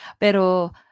Pero